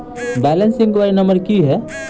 Balance enquiry number की है?